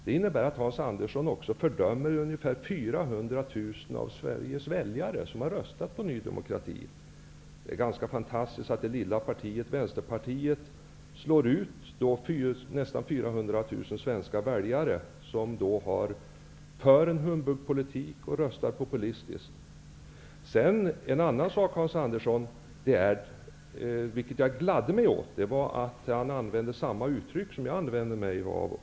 Det innebär att Hans Andersson också fördömer de ungefär 400 000 av Det är ganska fantastiskt att det lilla partiet Vänsterpartiet slår ut nästan 400 000 svenska väljare, vilka då skulle föredra en humbugpolitik och rösta populistiskt. Hans Andersson använde, vilket jag gladde mig åt, samma uttryck som jag.